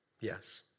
Yes